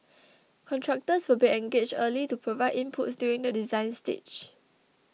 contractors will be engaged early to provide inputs during the design stage